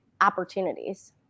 opportunities